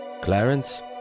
Clarence